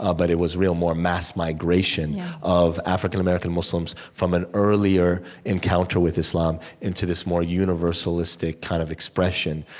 ah but it was real more mass migration of african-american muslims from an earlier encounter with islam into this more universalistic kind of expression.